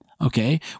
okay